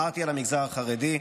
אמרתי על המגזר החרדי.